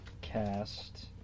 cast